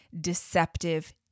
deceptive